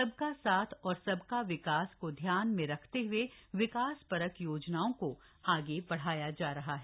सबका साथ और सबका विकास को ध्यान में रखते हए विकासपरक योजनाओं को आगे बढ़ाया जा रहा है